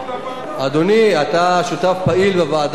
אדוני, אתה שותף פעיל בוועדה אצלי.